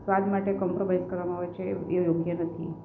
સ્વાદ માટે કોમ્પ્રોમાઇઝ કરવામાં આવે છે એ યોગ્ય નથી